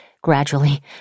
Gradually